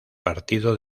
partido